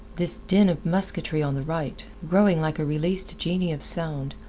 this din of musketry on the right, growing like a released genie of sound,